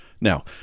Now